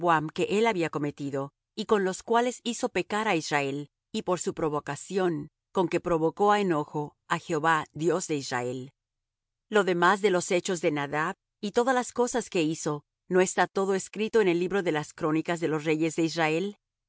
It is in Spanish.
que él había cometido y con los cuales hizo pecar á israel y por su provocación con que provocó á enojo á jehová dios de israel lo demás de los hechos de nadab y todas las cosas que hizo no está todo escrito en el libro de las crónicas de los reyes de israel